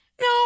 No